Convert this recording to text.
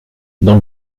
dans